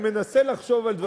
אני מנסה לחשוב על דברים מקוריים.